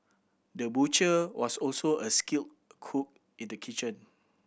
the butcher was also a skilled cook in the kitchen